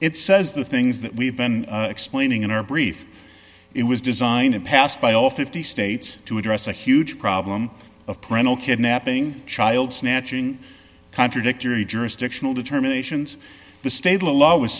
it says the things that we've been explaining in our brief it was designed and passed by all fifty states to address the huge problem of parental kidnapping child snatching contradictory jurisdictional determinations the state law